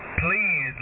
please